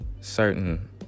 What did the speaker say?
certain